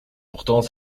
pourtant